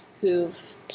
who've